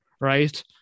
Right